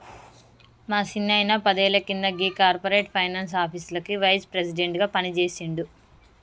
మా సిన్నాయిన పదేళ్ల కింద గీ కార్పొరేట్ ఫైనాన్స్ ఆఫీస్లకి వైస్ ప్రెసిడెంట్ గా పనిజేసిండు